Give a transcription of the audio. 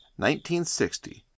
1960